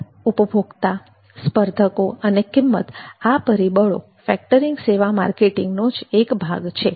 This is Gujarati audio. બજાર ઉપભોક્તા સ્પર્ધકો અને કિંમત આ પરિબળો ફેક્ટરીંગ સેવા માર્કેટિંગનો જ એક ભાગ છે